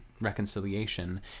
reconciliation